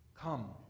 Come